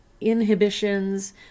inhibitions